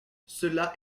cela